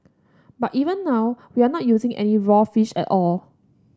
but even now we are not using any raw fish at all